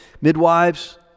midwives